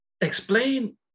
explain